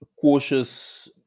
cautious